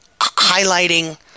highlighting